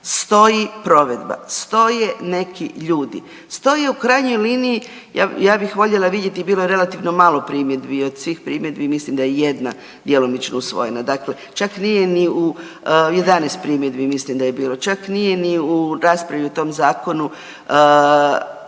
stoji provedba, stoje neki ljudi, stoje u krajnjoj liniji ja bih voljela vidjeti bilo je relativno malo primjedbi i od svih primjedbi mislim da je jedna djelomično usvojena, dakle čak nije ni u, 11 primjedbi mislim da je bilo, čak nije ni u raspravu u tom zakonu